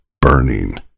burning